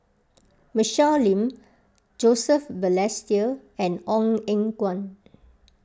Michelle Lim Joseph Balestier and Ong Eng Guan